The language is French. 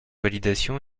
validation